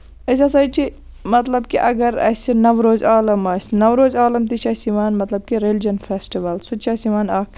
أسۍ ہسا چھِ مطلب کہِ اَگر اَسہِ نوروزِ عالَم آسہِ نوروزِ عالَم تہِ چھُ اَسہِ یِوان مطلب کہِ ریٚلِجن فیسٹِوَل سُہ تہِ چھُ اَسہِ یِوان اکھ